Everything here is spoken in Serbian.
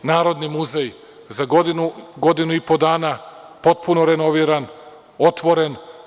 Narodni muzej za godinu i po dana, potpuno renoviran, otvoren.